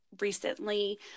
recently